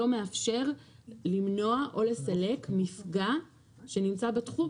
לא מאפשר למנוע או לסלק מפגע שנמצא בתחום